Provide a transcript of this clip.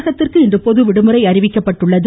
தமிழகத்திற்கு இன்று பொது விடுமுறை அறிவிக்கப்பட்டுள்ளது